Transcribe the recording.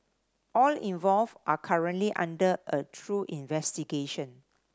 all involved are currently under a through investigation